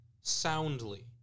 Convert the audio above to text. soundly